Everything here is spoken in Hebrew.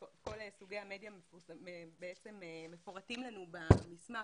כל סוגי המדיה מפורטים במסמך